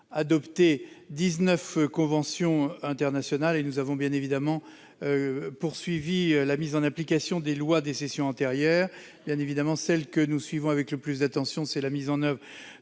adopté dix-neuf conventions internationales, et nous avons poursuivi la mise en application des lois des sessions antérieures. Bien entendu, ce que nous suivons avec le plus d'attention, c'est la mise en oeuvre